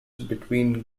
between